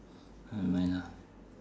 never mind lah